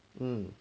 um